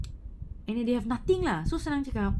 and then they have nothing lah so sekarang cakap